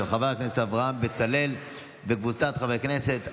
של חבר הכנסת בצלאל וקבוצת חברי הכנסת.